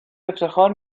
افتخار